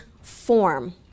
form